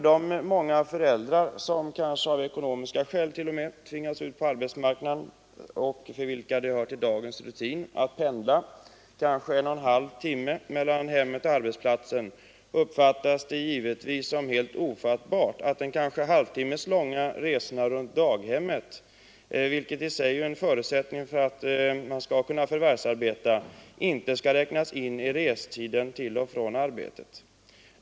De många föräldrar som måhända t.o.m. av ekonomiska skäl tvingas ut på arbetsmarknaden, för vilka det hör till dagens rutin att pendla kanske en och en halv timme mellan hemmet och arbetsplatsen, finner det givetvis helt ofattbart att de kanske halvtimmeslånga resorna runt till daghemmet — vilka i sig är en förutsättning för förvärvsarbete — inte skall räknas in i restiden till och från arbetet.